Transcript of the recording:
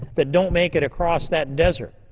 that don't make it across that desert.